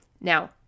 Now